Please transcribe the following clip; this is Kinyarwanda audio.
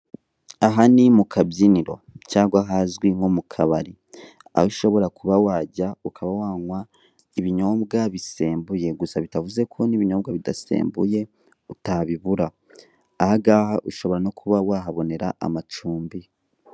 Aha ni mu kabyiniro cyangwa ahazwi nko mu kabari aho ushobora kuba wajya ukaba wanywa ibinyobwa bisembuye gusa bitavuze ko n'ibinyobwa bidasembuye utabibura ahangaha ushobora no kuba wahabonera amacumbi.